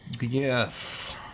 Yes